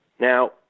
Now